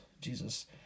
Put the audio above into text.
jesus